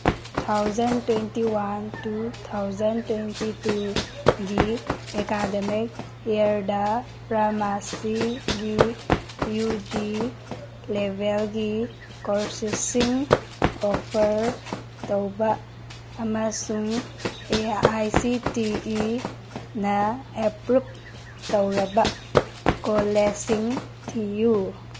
thousand twenty one to thousand twenty ꯇꯨꯒꯤ academic ꯏꯌꯔꯗ ꯐꯥꯔꯃꯥꯁꯤꯒꯤ ꯌꯨꯖꯤ ꯂꯦꯕꯦꯜꯒꯤ ꯀꯣꯔꯁꯦꯁꯤꯡ ꯑꯣꯐꯔ ꯇꯧꯕ ꯑꯃꯁꯨꯡ ꯑꯦ ꯑꯥꯏ ꯁꯤ ꯇꯤ ꯏꯅ ꯑꯦꯄ꯭ꯔꯨꯞ ꯇꯧꯔꯕ ꯀꯣꯂꯦꯖꯁꯤꯡ ꯊꯤꯌꯨ